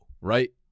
right